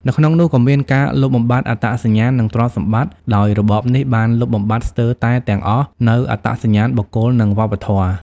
នៅក្នុងនោះក៏មានការលុបបំបាត់អត្តសញ្ញាណ និងទ្រព្យសម្បត្តិ ដោយរបបនេះបានលុបបំបាត់ស្ទើរតែទាំងអស់នូវអត្តសញ្ញាណបុគ្គល និងវប្បធម៌។